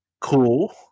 cool